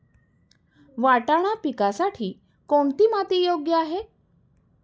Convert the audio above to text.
वाटाणा पिकासाठी कोणती माती योग्य आहे?